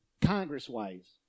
Congress-wise